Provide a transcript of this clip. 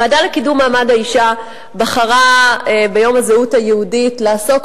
הוועדה לקידום מעמד האשה בחרה ביום הזהות היהודית לעסוק